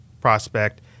prospect